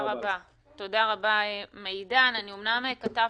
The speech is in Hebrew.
תודה רבה, חברת הכנסת אימאן ח'טיב.